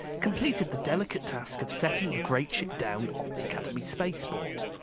completed the delicate task of setting the great ship down on the academy spaceport.